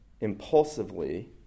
impulsively